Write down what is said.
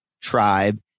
tribe